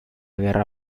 guerra